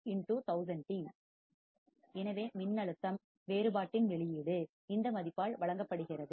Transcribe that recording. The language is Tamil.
அதனால் எனவே மின்னழுத்த வோல்டேஜ் வேறுபாட்டின் வெளியீடு அவுட்புட் இந்த மதிப்பால் வழங்கப்படுகிறது